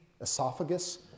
esophagus